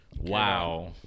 Wow